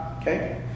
okay